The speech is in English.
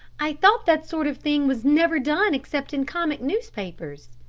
i thought that sort of thing was never done except in comic newspapers,